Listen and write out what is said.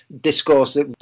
discourse